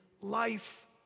life